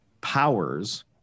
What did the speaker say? powers